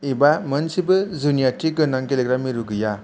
एबा मोनसेबो जुनियाथि गोनां गेलेग्रा मिरु गैया